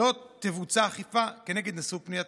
שלא תבוצע אכיפה נגד נשוא פנייתך.